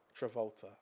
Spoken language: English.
Travolta